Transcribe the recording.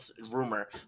rumor